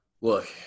look